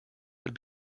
had